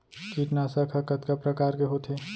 कीटनाशक ह कतका प्रकार के होथे?